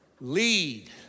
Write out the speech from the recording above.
Lead